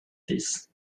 this